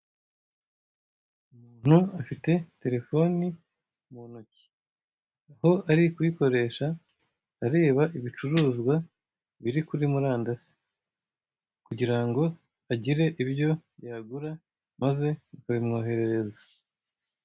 Umuntu afite telefoni mu ntoki, aho ari kuyikoresha areba ibicuruzwa biri kuri murandasi, kugira ngo agire ibyo yagura baze kubimwoherereza.